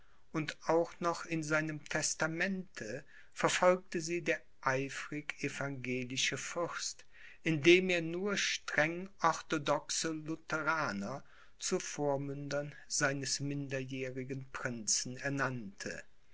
und auch noch in seinem testamente verfolgte sie der eifrig evangelische fürst indem er nur streng orthodoxe lutheraner zu vormündern seines minderjährigen prinzen ernannte